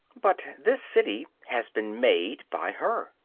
but this city has been made by her.